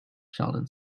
sheldon